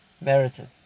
merited